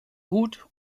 gut